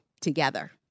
together